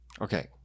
Okay